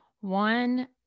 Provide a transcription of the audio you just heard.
One